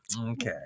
okay